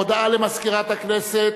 הודעה למזכירת הכנסת.